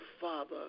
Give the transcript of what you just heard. Father